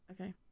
Okay